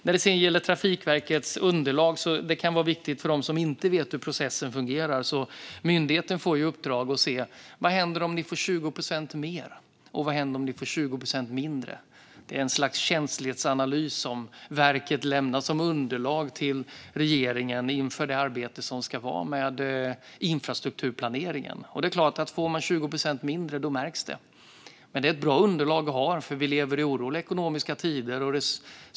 När det sedan gäller Trafikverkets underlag kan det vara viktigt att veta för dem som inte vet hur processen fungerar att myndigheten får i uppdrag att se vad som händer om den får 20 procent mer respektive 20 procent mindre. Det är ett slags känslighetsanalys som verket lämnar som underlag till regeringen inför det arbete som ska ske med infrastrukturplaneringen. Och det är klart att om man får 20 procent mindre märks det. Men det här är ett bra underlag att ha, för vi lever i oroliga ekonomiska tider.